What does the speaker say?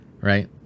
right